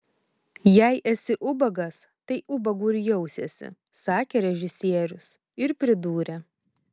jei esi ubagas tai ubagu ir jausiesi sakė režisierius ir pridūrė